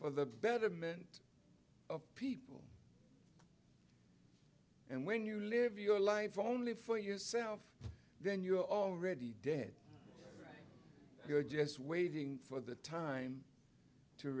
for the betterment of people and when you live your life only for yourself then you are already dead just waiting for the time to